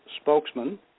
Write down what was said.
spokesman